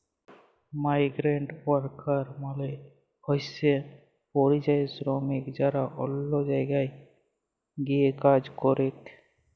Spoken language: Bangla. মাইগ্রান্টওয়ার্কার মালে হইসে পরিযায়ী শ্রমিক যারা অল্য জায়গায় গিয়ে কাজ করেক